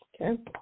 Okay